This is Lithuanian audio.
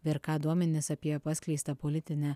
vrk duomenis apie paskleistą politinę